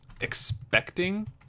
expecting